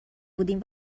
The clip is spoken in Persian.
بودیم